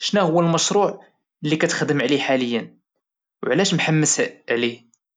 شناهوا المشروع اللي كاتخدم عليه حاليا وعلاش محمس عليه؟